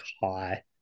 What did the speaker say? high